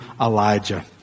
Elijah